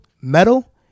metal